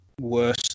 Worse